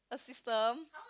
a system